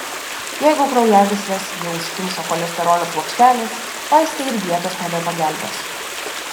jeigu kraujagysles jau užkimšo cholesterolio plokštelės vaistai ir dietos nebepagelbės